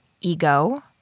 ego